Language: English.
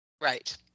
Right